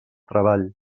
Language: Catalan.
treball